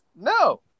no